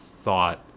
thought